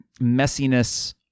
messiness